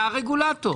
אתה הרגולטור.